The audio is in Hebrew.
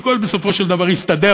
והכול בסופו של דבר יסתדר,